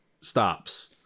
stops